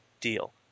deal